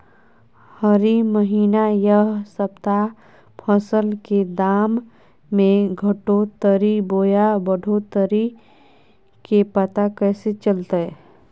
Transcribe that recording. हरी महीना यह सप्ताह फसल के दाम में घटोतरी बोया बढ़ोतरी के पता कैसे चलतय?